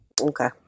Okay